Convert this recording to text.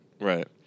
Right